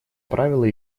правила